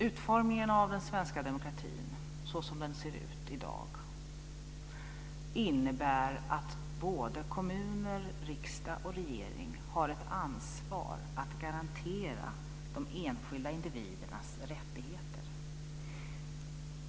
Utformningen av den svenska demokratin så som den ser ut i dag innebär att kommuner, riksdag och regering har ett ansvar för att garantera de enskilda individernas rättigheter.